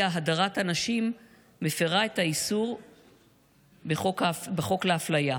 הדרת הנשים מפירה את חוק איסור ל אפליה.